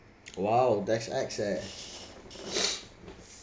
!wow! that's ex eh